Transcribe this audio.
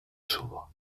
s’ouvre